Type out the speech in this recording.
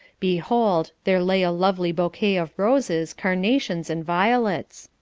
behold, there lay a lovely bouquet of roses, carnations, and violets.